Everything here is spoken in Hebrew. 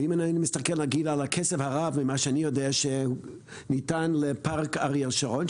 ומאידך הכסף הרב שניתן לפארק אריאל שרון,